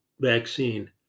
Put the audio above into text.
vaccine